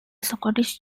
scottish